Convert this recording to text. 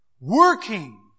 Working